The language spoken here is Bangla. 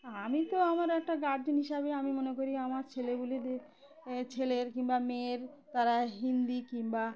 আমি তো আমার একটা গার্জিয়ান হিসাবে আমি মনে করি আমার ছেলেগুলিদের এ ছেলের কিংবা মেয়ের তারা হিন্দি কিংবা